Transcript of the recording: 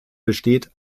besteht